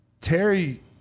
Terry